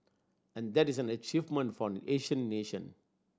and that is an achievement for an Asian nation